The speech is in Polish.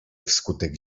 wskutek